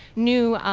new